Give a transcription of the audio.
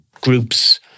groups